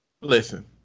Listen